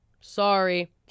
sorry